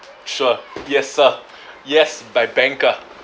sure yes sir yes by banker